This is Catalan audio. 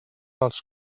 dels